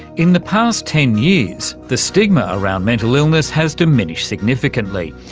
in the past ten years the stigma around mental illness has diminished significantly.